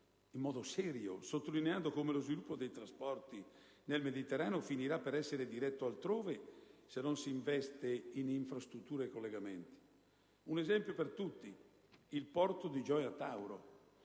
in modo serio, sottolineando come lo sviluppo dei trasporti nel Mediterraneo finirà per essere diretto altrove se non si investe in infrastrutture e collegamenti. Un esempio per tutti: il porto di Gioia Tauro,